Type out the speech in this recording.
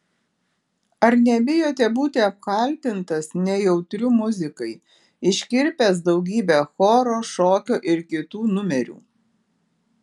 ar nebijote būti apkaltintas nejautriu muzikai iškirpęs daugybę choro šokio ir kitų numerių